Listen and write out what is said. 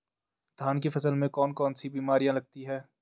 धान की फसल में कौन कौन सी बीमारियां लगती हैं?